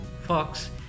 Fox